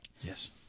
Yes